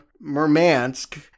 Murmansk